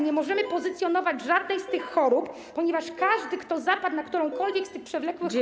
Nie możemy pozycjonować żadnej z tych chorób, ponieważ każdy, kto zapadł na którąkolwiek z tych przewlekłych chorób.